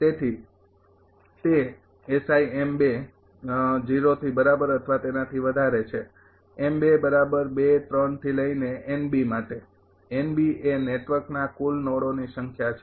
તેથી તે એ નેટવર્કના કુલ નોડોની સંખ્યા છે